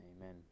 amen